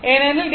ஏனெனில் டி